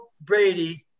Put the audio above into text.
Brady